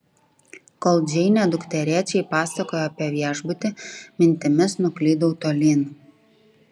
kol džeinė dukterėčiai pasakojo apie viešbutį mintimis nuklydau tolyn